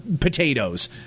potatoes